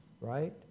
right